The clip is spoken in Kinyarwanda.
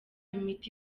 imiti